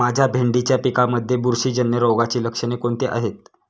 माझ्या भेंडीच्या पिकामध्ये बुरशीजन्य रोगाची लक्षणे कोणती आहेत?